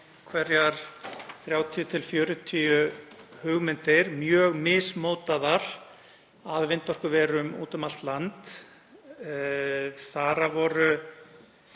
fram 30–40 hugmyndir, mjög mismótaðar, að vindorkuverum úti um allt land. Þar af voru